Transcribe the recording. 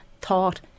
thought